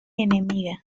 enemiga